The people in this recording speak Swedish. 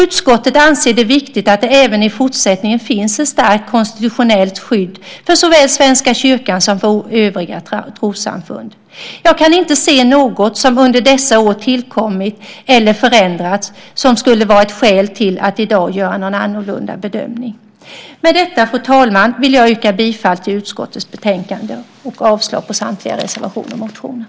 Utskottet anser det viktigt att det även i fortsättningen finns ett starkt konstitutionellt skydd för såväl Svenska kyrkan som för övriga trossamfund. Jag kan inte se något som under dessa år har tillkommit eller förändrats som skulle vara ett skäl till att i dag göra en annorlunda bedömning. Fru talman! Jag yrkar bifall till utskottets förslag i betänkandet och avslag på samtliga reservationer och motioner.